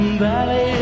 valley